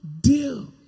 deal